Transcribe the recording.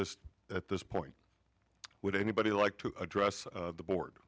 this at this point would anybody like to address the board